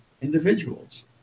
individuals